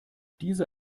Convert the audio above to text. diese